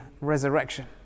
resurrection